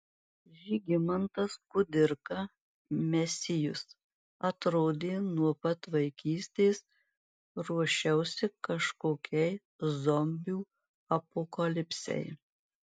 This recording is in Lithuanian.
žygimantas kudirka mesijus atrodė nuo pat vaikystės ruošiausi kažkokiai zombių apokalipsei